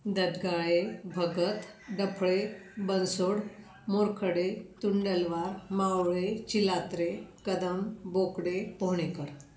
Dadgale Bhagat Daphale Bansod Morkhade Tundalwar Mawale Chilatre Kadam Bokade Pohanekar